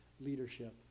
leadership